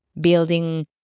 Building